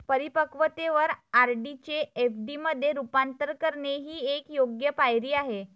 परिपक्वतेवर आर.डी चे एफ.डी मध्ये रूपांतर करणे ही एक योग्य पायरी आहे